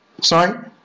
Sorry